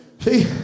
See